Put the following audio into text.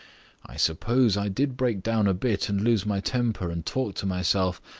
i suppose i did break down a bit and lose my temper and talk to myself.